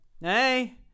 hey